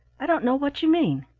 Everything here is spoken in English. i don't know what you mean.